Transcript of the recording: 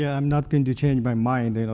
yeah i'm not going to change my mind. you know